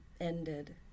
ended